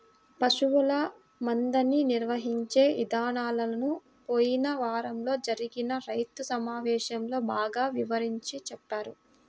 పశువుల మందని నిర్వహించే ఇదానాలను పోయిన వారంలో జరిగిన రైతు సమావేశంలో బాగా వివరించి చెప్పారు